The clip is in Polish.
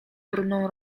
brudną